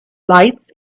lights